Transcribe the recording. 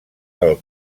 del